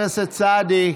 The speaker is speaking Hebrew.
סעדי,